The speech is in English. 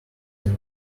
than